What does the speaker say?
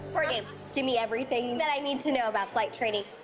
courtney, give me everything that i need to know about flight training.